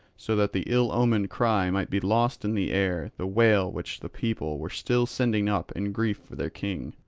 so that the ill-omened cry might be lost in the air the wail which the people were still sending up in grief for their king.